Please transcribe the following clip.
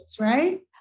right